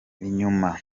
inyuma